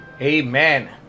Amen